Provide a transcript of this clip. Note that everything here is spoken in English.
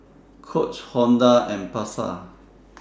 Coach Honda and Pasar